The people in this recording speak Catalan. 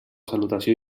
salutació